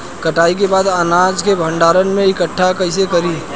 कटाई के बाद अनाज के भंडारण में इकठ्ठा कइसे करी?